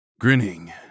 Grinning